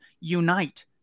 unite